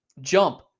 jump